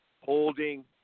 holding